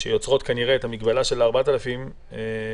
שיוצרת כנראה את המגבלה של 4,000 איש,